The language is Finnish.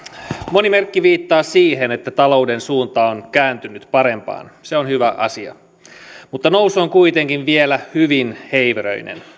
moni merkki viittaa siihen että talouden suunta on kääntynyt parempaan se on hyvä asia mutta nousu on kuitenkin vielä hyvin heiveröinen